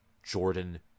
Jordan